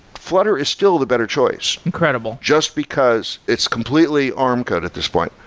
flutter is still the better choice. incredible. just because it's completely arm code at this point,